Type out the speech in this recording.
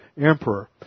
emperor